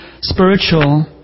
spiritual